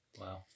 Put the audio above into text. Wow